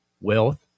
wealth